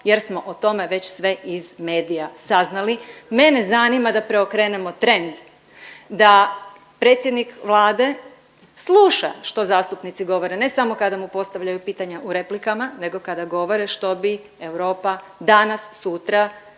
jer smo o tome već sve iz medija saznali. Mene zanima da preokrenemo trend, da predsjednik Vlade sluša što zastupnici govore, ne samo kada mu postavljaju pitanja u replikama nego kada govore što bi Europa danas-sutra,